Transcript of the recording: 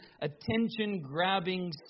attention-grabbing